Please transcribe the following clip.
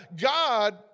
God